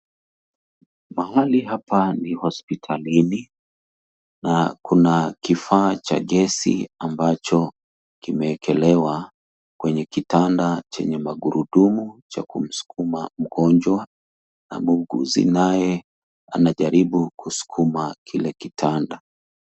Mahali hapa ni hospitalini na kuna kifaa cha gesi ambacho kimeekelewa kwenye kitanda chenye magurudumu cha kumskuma mgonjwa na mwuguzi naye anajaribu kuskuma kile kitanda.